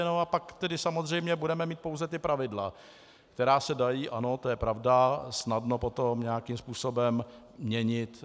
A pak samozřejmě budeme mít pouze pravidla, která se dají, ano, to je pravda, snadno potom nějakým způsobem měnit.